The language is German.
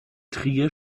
trier